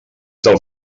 del